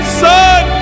son